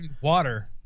Water